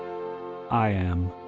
i am.